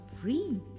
free